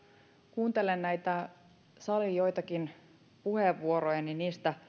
kuuntelen näitä salin joitakin puheenvuoroja niin niistä